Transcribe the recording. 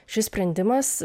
šis sprendimas